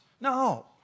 No